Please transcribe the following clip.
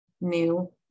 new